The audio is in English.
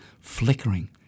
flickering